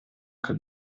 как